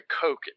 Coke